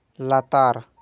ᱞᱟᱛᱟᱨ